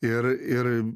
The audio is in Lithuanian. ir ir